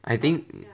I think